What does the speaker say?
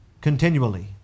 continually